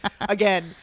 again